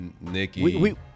Nikki